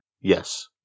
Yes